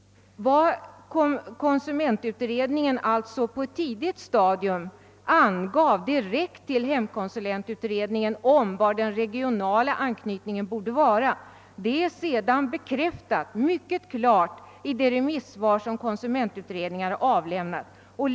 Konsumentutredningens på ett tidigt stadium för hemkonsulentutredningen redovisade åsikt i fråga om den regionala anknytningen har sedan mycket klart bekräftats i det remissvar som konsumentutredningen har lämnat.